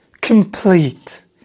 complete